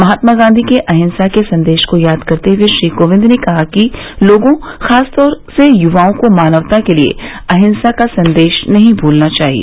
महात्मा गांधी के अहिंसा के संदेश को याद करते हुए श्री कोविंद ने कहा कि लोगों खासतौर से युवाओं को मानवता के लिए अहिंसा का संदेश नहीं भूलना चाहिए